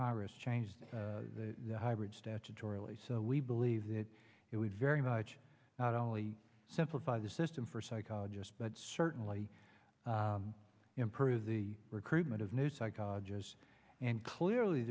congress changed the hybrid statutorily so we believe that it would very much not only simplify the system for psychologist but certainly improve the recruitment of new psychologists and clearly